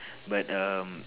but um